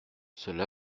cela